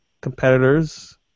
competitors